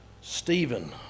Stephen